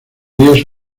días